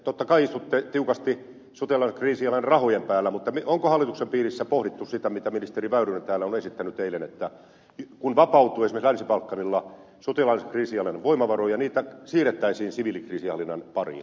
totta kai istutte tiukasti sotilaallisen kriisinhallinnan rahojen päällä mutta onko hallituksen piirissä pohdittu sitä mitä ministeri väyrynen täällä on esittänyt eilen että kun vapautuu esimerkiksi länsi balkanilla sotilaallisen kriisinhallinnan voimavaroja niitä siirrettäisiin siviilikriisinhallinnan pariin